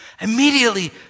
Immediately